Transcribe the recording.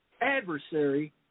adversary